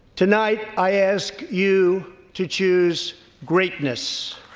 tonight, i ask you to choose greatness